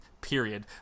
period